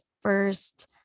first